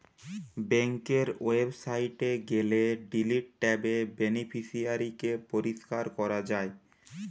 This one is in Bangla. বেংকের ওয়েবসাইটে গেলে ডিলিট ট্যাবে বেনিফিশিয়ারি কে পরিষ্কার করা যায়